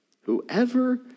whoever